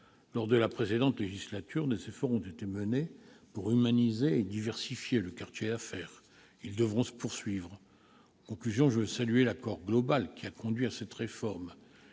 Lors de la précédente législature, des efforts ont été menés pour humaniser et diversifier le quartier d'affaires. Ils devront se poursuivre. En conclusion, je veux saluer l'accord global qui a conduit à cette réforme.